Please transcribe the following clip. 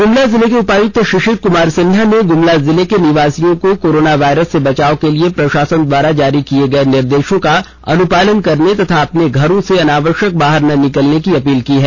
गुमला जिला के उपायुक्त शिशिर कुमार सिन्हा ने गुमला जिले के निवासियों को कोरोना वायरस से बचाव के लिए प्रषासन द्वारा जारी किए गए निर्देष का अनुपालन करने तथा अपने घरों से अनावश्यक बाहर न निकलने की अपील की है